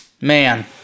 man